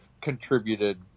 contributed